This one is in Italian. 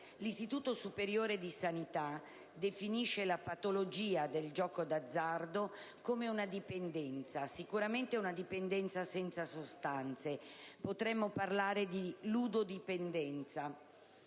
L'Istituto superiore di sanità definisce la patologia del gioco d'azzardo come una dipendenza, sicuramente un dipendenza senza sostanza: potremmo parlare di ludodipendenza.